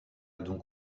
donc